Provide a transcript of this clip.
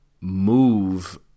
move